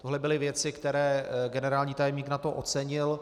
Tohle byly věci, které generální tajemník NATO ocenil.